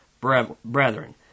brethren